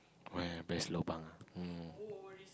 where are best lobang ah um